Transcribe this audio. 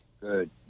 Good